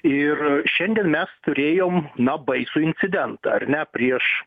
ir šiandien mes turėjom na baisų incidentą ar ne prieš